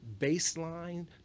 baseline